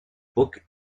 book